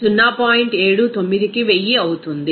79కి 1000 అవుతుంది